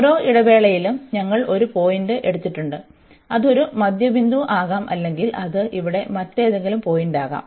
ഓരോ ഇടവേളയിലും ഞങ്ങൾ ഒരു പോയിന്റ് എടുത്തിട്ടുണ്ട് അത് ഒരു മധ്യ ബിന്ദു ആകാം അല്ലെങ്കിൽ അത് ഇവിടെ മറ്റേതെങ്കിലും പോയിന്റാകാം